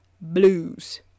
blues